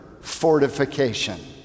fortification